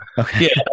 okay